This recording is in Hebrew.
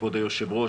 כבוד היושב-ראש,